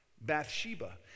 Bathsheba